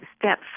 step